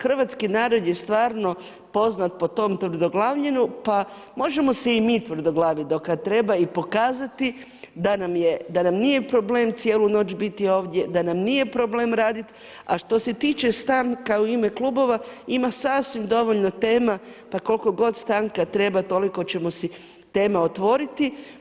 Hrvatski narod je stvarno poznat po tom tvrdoglavljenju, pa možemo se i mi tvrdoglavti do kad treba i pokazati da nam nije problem cijelu noć biti ovdje, da nam nije problem raditi, a što se tiče stanka u ime klubova, ima sasvim dovoljno tema, pa koliko god stanka treba, toliko ćemo si tema otvoriti.